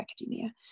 academia